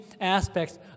aspects